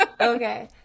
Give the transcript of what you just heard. okay